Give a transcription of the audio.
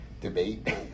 debate